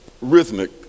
rhythmic